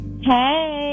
Hey